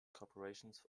corporations